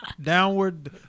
Downward